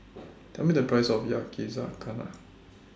Tell Me The Price of Yakizakana